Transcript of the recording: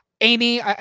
Amy